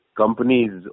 companies